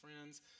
friends